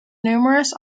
numerous